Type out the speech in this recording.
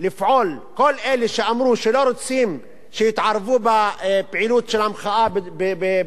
כל אלה שאמרו שלא רוצים שיתערבו בפעילות של המחאה בצפון תל-אביב